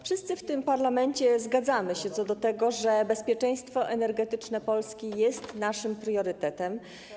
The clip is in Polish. Wszyscy w tym parlamencie zgadzamy się co do tego, że bezpieczeństwo energetyczne Polski jest naszym priorytetem.